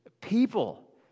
People